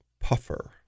Puffer